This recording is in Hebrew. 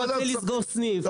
אתה סוגר סניף,